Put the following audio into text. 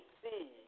see